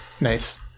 Nice